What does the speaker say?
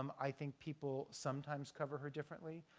um i think people sometimes cover her differently.